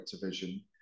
division